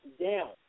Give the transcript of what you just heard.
down